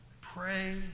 Pray